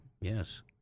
Yes